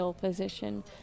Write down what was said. position